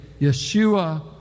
Yeshua